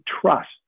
trust